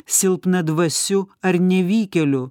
silpnadvasiu ar nevykėliu